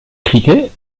cricket